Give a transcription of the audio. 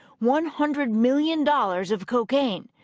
one hundred million dollars of cocaine.